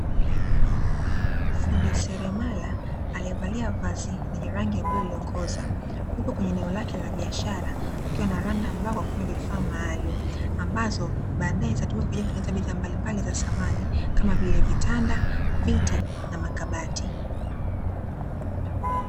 Fundi seremala aliyevalia Vazi lenye rangi ya bluu iliyokoza yupo kwenye eneo lake la biashara, akiwa ana landa mbao kwa kutumia vifaa maalumu, ambazo hutumika kutengeneza aina mbalimbali za samani kama vile vitanda, viti na makabati.